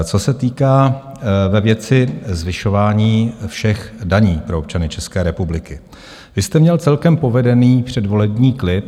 Co se týká ve věci zvyšování všech daní pro občany České republiky, vy jste měl celkem povedený předvolební klip.